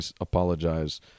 apologize